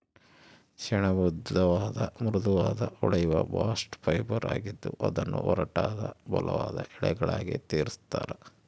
ಸೆಣಬು ಉದ್ದವಾದ ಮೃದುವಾದ ಹೊಳೆಯುವ ಬಾಸ್ಟ್ ಫೈಬರ್ ಆಗಿದ್ದು ಅದನ್ನು ಒರಟಾದ ಬಲವಾದ ಎಳೆಗಳಾಗಿ ತಿರುಗಿಸ್ತರ